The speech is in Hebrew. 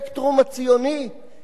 איך אפשר להתלבט על חוק השבות,